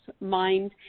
mind